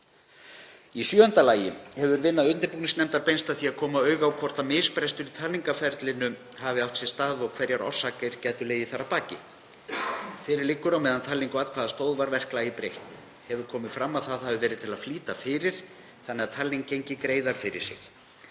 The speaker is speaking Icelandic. Í sjöunda lagi hefur vinna undirbúningsnefndar beinst að því að koma auga á hvort misbrestur í talningarferli hafi átt sér stað og hverjar orsakir gætu legið þar að baki. Fyrir liggur að á meðan á talningu atkvæða stóð var verklagi breytt. Hefur komið fram að það hafi verið til þess að flýta fyrir þannig að talningin gengi greiðar fyrir sig.